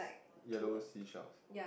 yellow seashells